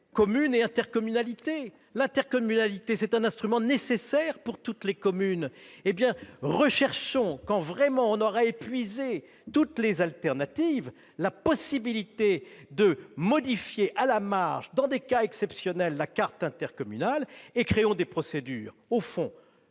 communes et intercommunalité ! L'intercommunalité est un instrument nécessaire pour toutes les communes. Recherchons, là où vraiment toutes les alternatives auront été épuisées, la possibilité de modifier à la marge, dans des cas exceptionnels, la carte intercommunale, et créons des procédures en